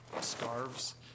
scarves